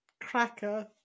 cracker